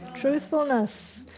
Truthfulness